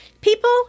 People